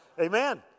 Amen